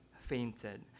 fainted